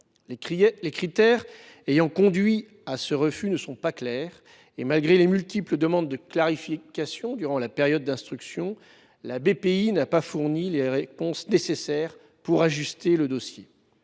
Les critères ayant conduit à ce refus ne sont pas clairs. Malgré de multiples demandes de clarification durant la période d’instruction, Bpifrance n’a pas fourni de réponses permettant d’ajuster le dossier.